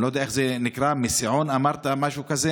אני לא יודע איך הוא נקרא, אמרת מסיעון, משהו כזה?